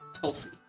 Tulsi